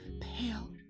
pale